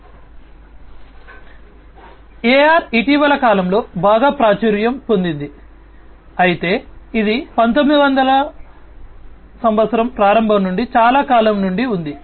కాబట్టి AR ఇటీవలి కాలంలో బాగా ప్రాచుర్యం పొందింది అయితే ఇది 1900 ల ప్రారంభం నుండి చాలా కాలం నుండి ఉంది